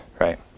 right